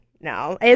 No